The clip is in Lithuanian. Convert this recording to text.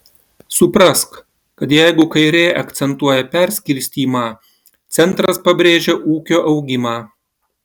suprask kad jeigu kairė akcentuoja perskirstymą centras pabrėžia ūkio augimą